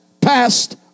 passed